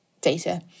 data